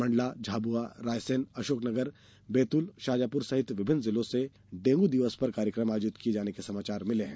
मंडला झाबुआ रायसेन अशोकनगर बैतूल शाजापुर सहित विभिन्न जिलों से डेंगू दिवस पर कार्यक्रम आयोजित किये जाने के समाचार मिले हैं